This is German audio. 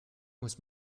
muss